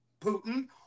Putin